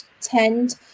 tend